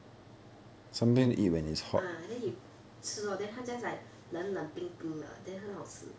ah then you 吃 lor then 他 just like 冰冰凉凉很好吃